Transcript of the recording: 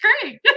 great